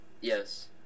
Yes